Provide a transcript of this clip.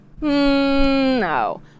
no